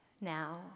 now